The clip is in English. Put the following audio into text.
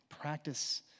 Practice